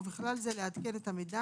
ובכלל זה לעדכן את המידע,